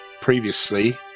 previously